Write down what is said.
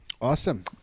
Awesome